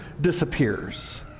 disappears